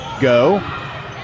go